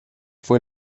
fue